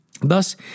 Thus